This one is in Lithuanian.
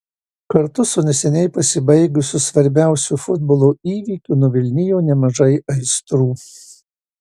kartu su neseniai pasibaigusiu svarbiausiu futbolo įvykiu nuvilnijo nemažai aistrų